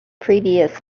previous